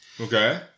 Okay